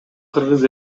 кыргыз